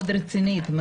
מאוד רצינית,